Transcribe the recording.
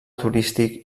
turístic